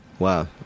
Wow